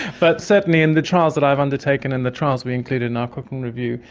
but certainly in the trials that i have undertaken and the trials we included in our cochrane review,